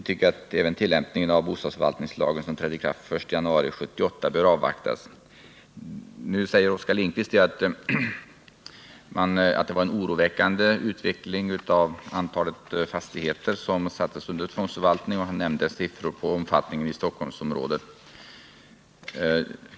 Även tillämpningen av bostadsförvaltningslagen, som trädde i kraft den 1 januari 1978, bör avvaktas. Oskar Lindkvist säger att det varit en oroväckande utveckling av antalet fastigheter som satts under tvångsförvaltning — han nämnde siffror på omfattningen i Stockholmsområdet.